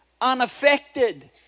unaffected